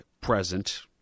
present